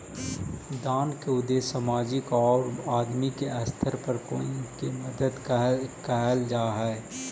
दान के उद्देश्य सामाजिक औउर आदमी के स्तर पर कोई के मदद कईल जा हई